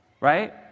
Right